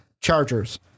Chargers